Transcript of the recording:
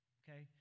okay